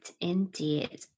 indeed